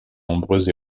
nombreuses